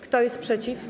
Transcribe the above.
Kto jest przeciw?